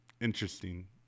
interesting